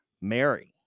Mary